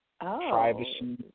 privacy